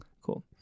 cool